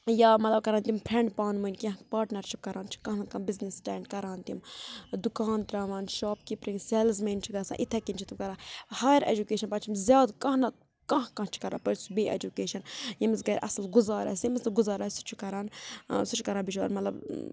یا مطلب کَران تِم فرینڈ پانہٕ ؤنۍ کیٚنٛہہ پاٹنَر چھُ کَران چھِ کانٛہہ نتہٕ کانٛہہ بِزنِس سِٹینٛڈ کَران تِم دُکان تراوان شاپ کیٖپرِنٛگ سٮ۪لٕز مین چھِ گژھان اِتھَے کٔنۍ چھِ تِم کَران ہایَر اٮ۪جوکیشَن پَتہٕ چھِ زیادٕ کانٛہہ نَتہٕ کانٛہہ کانٛہہ چھُ کَران پرِ سُہ بیٚیہِ اٮ۪جُکیشَن ییٚمِس گَرِ اَصٕل گُزار آسہِ ییٚمِس نہٕ گُزار آسہِ سُہ چھُ کَران سُہ چھُ کَران بِچور مطلب